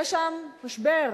יש שם משבר.